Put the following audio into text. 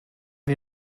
wir